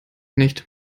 nicht